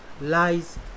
lies